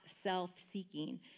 self-seeking